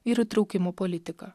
ir įtraukimo politika